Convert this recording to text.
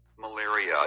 Malaria